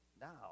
now